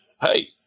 hey